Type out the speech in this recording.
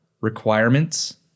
requirements